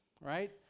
right